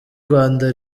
rwanda